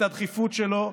את הדחיפות שלו,